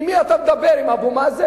עם מי אתה מדבר, עם אבו מאזן?